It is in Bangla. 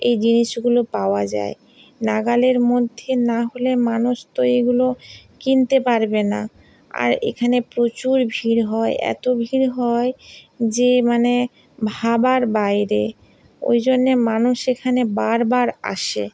এই জিনিসগুলো পাওয়া যায় নাগালের মধ্যে না হলে মানুষ তো এগুলো কিনতে পারবে না আর এখানে প্রচুর ভিড় হয় এত ভিড় হয় যে মানে ভাবার বাইরে ওই জন্যে মানুষ এখানে বারবার আসে